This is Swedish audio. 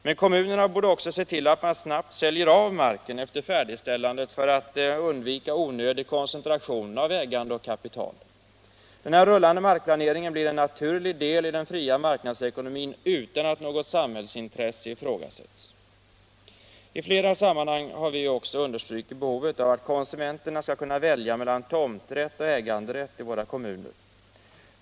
Men kommunerna borde också se till att man snabbt säljer av marken efter färdigställandet för att undvika onödig koncentration av ägande och kapital. Den här rullande markplaneringen blir en naturlig del i den fria marknadsekonomin utan att något samhällsintresse ifrågasätts. I flera sammanhang har vi också understrukit behovet av att konsumenterna kan välja mellan tomträtt och äganderätt i våra kommuner.